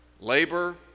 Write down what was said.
labor